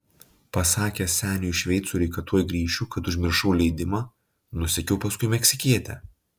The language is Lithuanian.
pasakęs seniui šveicoriui kad tuoj grįšiu kad užmiršau leidimą nusekiau paskui meksikietę